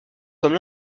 comme